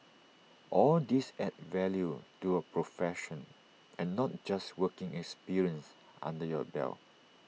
all these add value to your profession and not just working experience under your belt